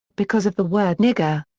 because of the word nigger.